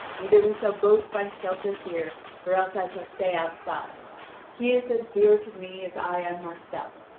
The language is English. either we shall both find shelter here or else i shall stay outside he is as dear to me as i am myself.